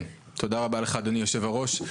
כן, תודה רבה לך אדוני יושב הראש.